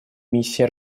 миссии